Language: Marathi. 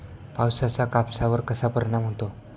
पावसाचा कापसावर कसा परिणाम होतो?